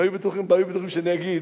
הם היו בטוחים במה שאני אגיד: